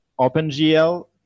OpenGL